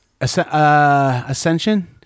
Ascension